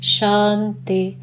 Shanti